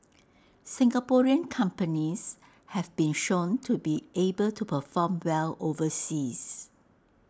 Singaporean companies have been shown to be able to perform well overseas